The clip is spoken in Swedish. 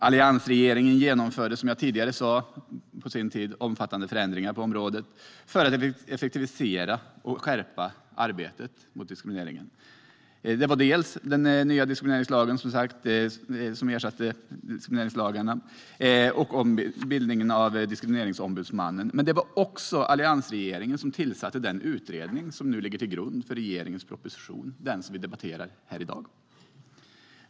Alliansregeringen genomförde på sin tid, som jag tidigare sa, omfattande förändringar på området för att effektivisera och skärpa arbetet mot diskriminering. En ny diskrimineringslag ersatte som sagt de sju diskrimineringslagarna, och Diskrimineringsombudsmannen inrättades. Det var också alliansregeringen som tillsatte den utredning som ligger till grund för den regeringsproposition vi nu debatterar.